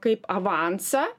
kaip avansą